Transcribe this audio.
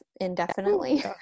indefinitely